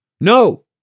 No